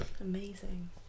Amazing